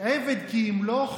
"עבד כי ימלוך"